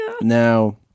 now